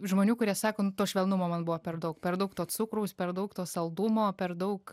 žmonių kurie sako nu to švelnumo man buvo per daug per daug to cukraus per daug to saldumo per daug